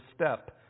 step